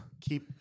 Keep